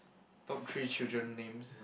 top three children names